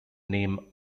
name